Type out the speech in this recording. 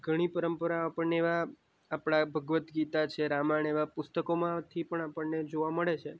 ઘણી પરંપરા આપણને એવા આપણા ભગવદ્ ગીતા છે રામાયણ એવાં પુસ્તકોમાંથી પણ આપણને જોવા મળે છે